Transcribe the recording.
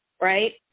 right